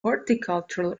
horticultural